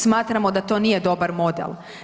Smatramo da to nije dobar model.